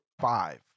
five